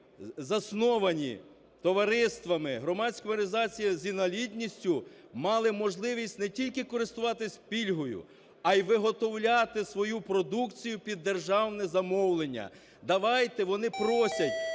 засновані товариствами, громадськими організаціями з інвалідністю, мали можливість не тільки користуватись пільгою, а й виготовляти свою продукцію під державне замовлення. Давайте, вони просять,